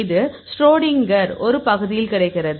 இது ஷ்ரோடிங்கரின் ஒரு பகுதியில் கிடைக்கிறது